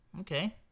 Okay